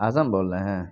اعظم بول رہے ہیں